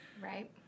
right